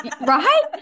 right